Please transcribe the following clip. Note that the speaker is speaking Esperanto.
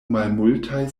malmultaj